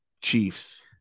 Chiefs